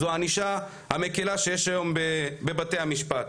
זו הענישה המקלה שיש היום בבתי המשפט.